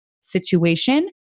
situation